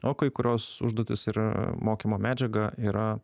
o kai kurios užduotys ir mokymo medžiaga yra